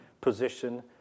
position